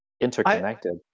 Interconnected